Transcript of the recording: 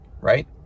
right